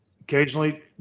occasionally